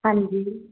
ਹਾਂਜੀ